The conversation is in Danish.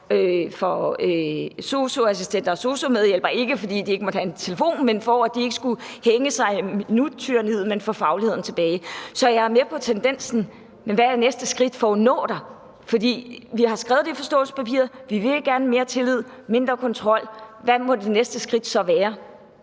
for sosu-assistenter og sosu-medhjælpere, ikke fordi de ikke måtte have en telefon, men for at de ikke skulle hænge sig i minuttyranniet og i stedet for få fagligheden tilbage. Så jeg er med på tendensen, men hvad er det næste skridt for at nå dertil? For vi har skrevet i forståelsespapiret, at vi gerne vil have mere tillid og mindre kontrol. Hvad må det næste skridt så være?